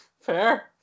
Fair